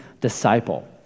disciple